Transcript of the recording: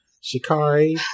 Shikari